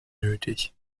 nötig